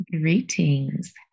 Greetings